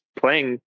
playing